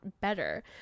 better